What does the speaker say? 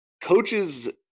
coaches